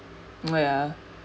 oh ya